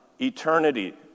eternity